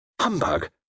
Humbug